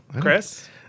Chris